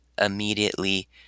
immediately